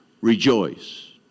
rejoice